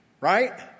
Right